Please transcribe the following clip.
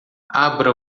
abra